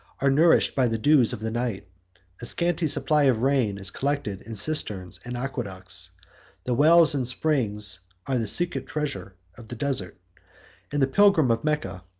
are nourished by the dews of the night a scanty supply of rain is collected in cisterns and aqueducts the wells and springs are the secret treasure of the desert and the pilgrim of mecca,